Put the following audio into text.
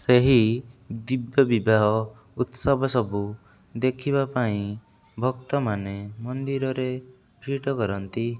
ସେହି ଦିବ୍ୟ ବିବାହ ଉତ୍ସବ ସବୁ ଦେଖିବା ପାଇଁ ଭକ୍ତମାନେ ମନ୍ଦିରରେ ଭିଡ଼ କରନ୍ତି